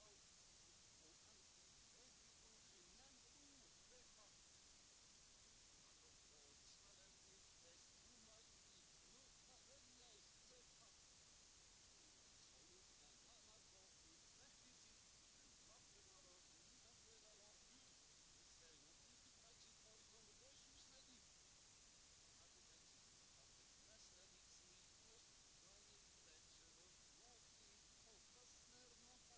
Det kan inte vara rimligt att en stor del av dessa människor skall tvingas att genom reservationsrätt bli befriade från medlemskap i ett politiskt parti — det socialdemokratiska — som de inte vill tillhöra. Inte heller kan det vara rimligt att det förekommer dubbelanslutningar till politiska partier.